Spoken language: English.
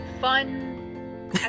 fun